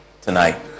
tonight